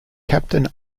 captain